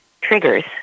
triggers